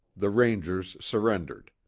the rangers surrendered.